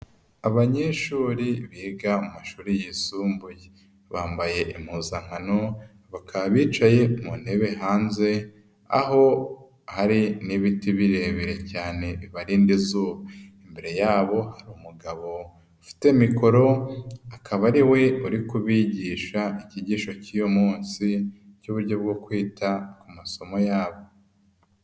Abanyeshuri biga amashuri yisumbuye. Bambaye impuzankano bakaba bicaye mu ntebe hanze aho hari n'ibiti birebire cyane barinda izuba. Imbere yabo hari umugabo ufite mikoro akaba ari we uri kubigisha icyigisho cy'uyu munsi cy'uburyo bwo kwita ku masomo yabo.